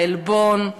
העלבון,